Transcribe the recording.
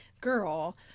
girl